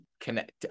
connect